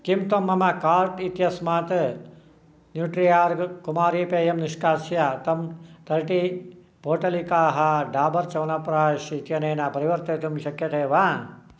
किं त्वं मम काार्ट् इत्यस्मात् न्यूट्रि आर्ग् कुमारी पेयम् निष्कास्य तं तर्टि पोटलिकाः डाबर् चवनप्राश् इत्यनेन परिवर्तयितुं शक्यते वा